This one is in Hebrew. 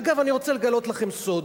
אגב, אני רוצה לגלות לכם סוד,